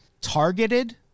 targeted